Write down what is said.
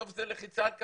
בסוף זאת לחיצה על כפתור.